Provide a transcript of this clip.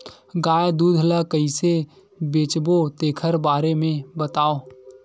गाय दूध ल कइसे बेचबो तेखर बारे में बताओ?